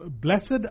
blessed